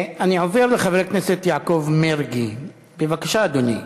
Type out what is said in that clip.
אני עובר לחבר הכנסת יעקב מרגי, בבקשה, אדוני.